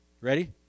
Ready